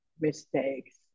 mistakes